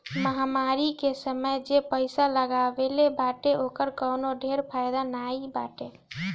महामारी के समय जे पईसा लगवले बाटे ओकर कवनो ढेर फायदा नाइ बाटे